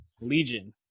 Legion